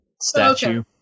statue